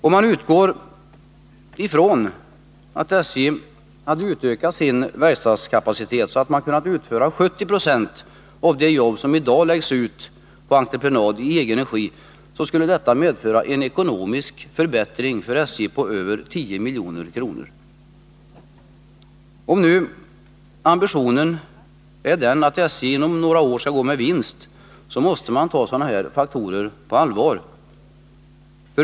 Om vi utgår från att SJ hade utökat sin verkstadskapacitet så att man i egen regi kunnat utföra 70 20 av de jobb som i dag läggs ut på entreprenad, skulle detta medföra en ekonomisk förbättring för SJ på över 10 milj.kr. Om nu ambitionen är att SJ inom några år skall gå med vinst, måste man ta sådana här faktorer på allvar.